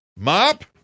mop